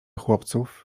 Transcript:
chłopców